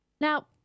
Now